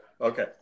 Okay